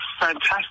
fantastic